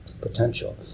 potential